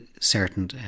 certain